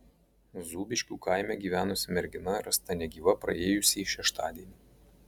zūbiškių kaime gyvenusi mergina rasta negyva praėjusį šeštadienį